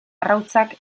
arrautzak